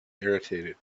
irritated